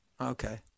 Okay